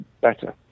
better